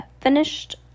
finished